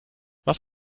was